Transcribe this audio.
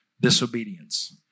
disobedience